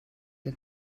den